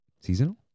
Seasonal